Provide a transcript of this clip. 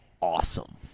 awesome